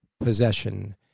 possession